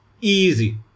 easy